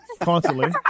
constantly